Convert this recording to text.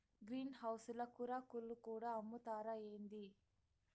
green house ల కూరాకులు కూడా అమ్ముతారా ఏంది